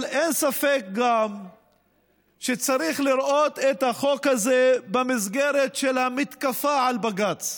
אבל גם אין ספק שצריך לראות את החוק הזה במסגרת של המתקפה על בג"ץ.